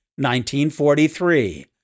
1943